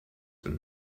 than